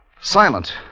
Silent